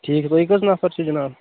ٹھیٖک تُہۍ کٔژ نفر چھِو جِناب